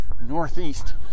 northeast